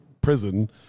prison